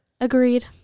Agreed